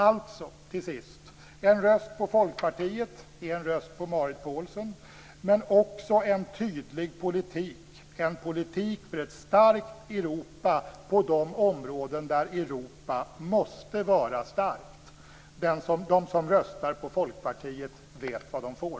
Alltså, till sist: En röst på Folkpartiet är en röst på Marit Paulsen, men också på en tydlig politik, en politik för ett starkt Europa på de områden där Europa måste vara starkt. De som röstar på Folkpartiet vet vad de får.